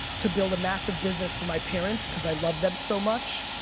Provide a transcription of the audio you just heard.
to build a massive business for my parents cause i love them so much.